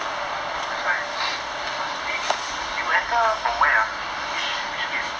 that's why cause eh u enter from where ah which which gate